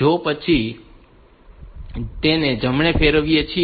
તો પછી આપણે તેને જમણે ફેરવીએ છીએ